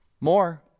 more